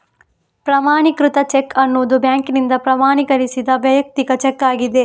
ಪ್ರಮಾಣೀಕೃತ ಚೆಕ್ ಅನ್ನುದು ಬ್ಯಾಂಕಿನಿಂದ ಪ್ರಮಾಣೀಕರಿಸಿದ ವೈಯಕ್ತಿಕ ಚೆಕ್ ಆಗಿದೆ